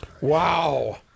Wow